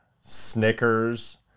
Snickers